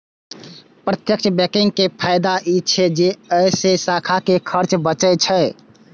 प्रत्यक्ष बैंकिंग के फायदा ई छै जे अय से शाखा के खर्च बचै छै